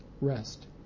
rest